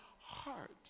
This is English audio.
heart